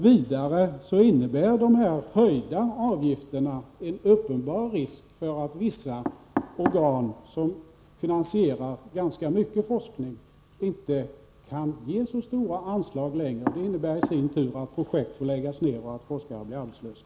Vidare medför de höjda avgifterna en uppenbar risk för att vissa av de organ som finansierar ganska mycket forskning inte längre kan ge så stora anslag. Det innebär i sin tur att projekt får läggas ner och att forskare blir arbetslösa.